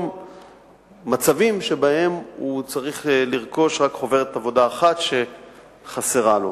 במצבים שבהם הוא צריך לרכוש רק חוברת אחת שחסרה לו.